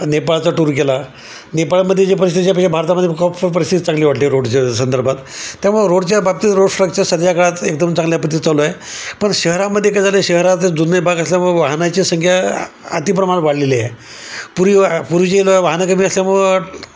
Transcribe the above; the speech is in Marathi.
नेपाळचा टूर केला नेपाळमध्ये जे परिस्थिती आहे पेक्षा भारतामध्ये खूप परिस्थिती चांगली वाटली रोडच्या संदर्भात त्यामुळं रोडच्या बाबतीत रोड स्ट्रक्चर सध्या काळात एकदम चांगल्या पद्धतीत चालू आहे पण शहरामध्ये काय झालं शहरात जुने भाग असल्यामुळं वाहनाची संख्या अति प्रमाण वाढलेली आहे पूर्वी वा पूर्वीचे लोक वाहनं कमी असल्यामुळं